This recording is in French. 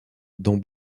dont